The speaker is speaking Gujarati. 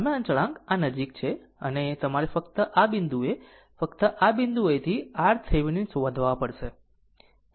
સમય અચળાંક આ નજીક છે અને તમારે ફક્ત આ બિંદુએ ફક્ત આ બિંદુએથી RThevenin શોધવા પડશે